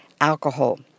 alcohol